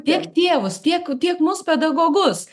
tiek tėvus tiek tiek mus pedagogus